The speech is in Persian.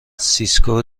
سیسکو